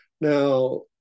Now